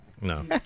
no